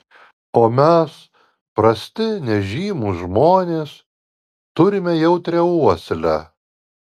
o mes prasti nežymūs žmonės turime jautrią uoslę